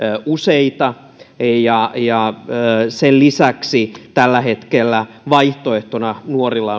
useita sen lisäksi tällä hetkellä vaihtoehtona nuorilla